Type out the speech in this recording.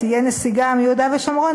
תהיה נסיגה מיהודה ושומרון,